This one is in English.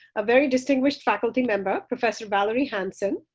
a very distinguished faculty member, professor valerie hansen.